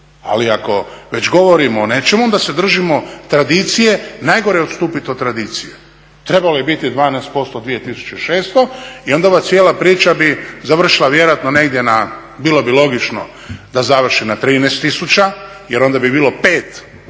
ali ako već govorimo o nečemu onda se držimo tradicije. Najgore je odstupiti od tradicije. Trebalo je 21% 2.600 i onda cijela priča bi završila vjerojatno negdje na bilo bi logično da završi na 13.000 jer onda bi bilo 5